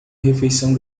refeição